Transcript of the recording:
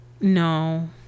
No